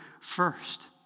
first